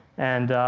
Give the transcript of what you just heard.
and